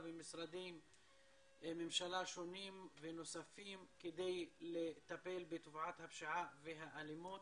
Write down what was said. ממשרדי הממשלה השונים ונוספים כדי לטפל בתופעת הפשיעה והאלימות